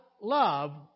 love